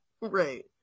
Right